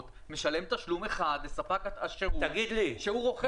משלם תשלום אחד לספק השירות שהוא רוכש ממנו.